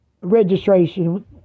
Registration